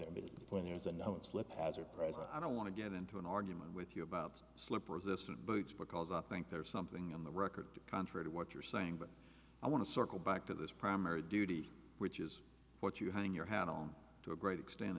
because when there is a known slip hazard present i don't want to get into an argument with you about slippers this bridge because i think there's something on the record to contradict what you're saying but i want to circle back to this primary duty which is what you hang your hat on to a great extent